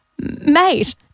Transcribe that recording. Mate